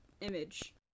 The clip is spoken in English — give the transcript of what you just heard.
image